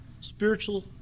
spiritual